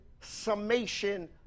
summation